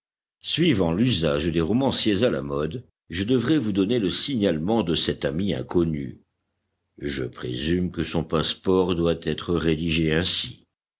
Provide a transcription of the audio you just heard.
suivant l'usage des romanciers à la mode je devrais vous donner le signalement de cet ami inconnu je présume que son passe-port doit être rédigé ainsi